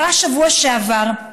קרה בשבוע שעבר: